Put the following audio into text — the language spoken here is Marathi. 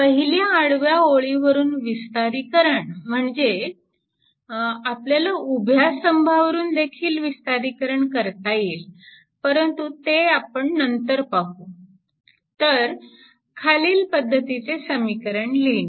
पहिल्या आडव्या ओळीवरून विस्तारीकरण म्हणजे उभ्या स्तंभावरून देखील विस्तारीकरण करता येईल ते आपण नंतर पाहू खालील पद्धतीचे समीकरण लिहिणे